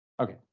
Okay